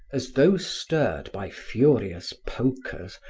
as though stirred by furious pokers,